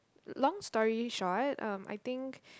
long story short um I think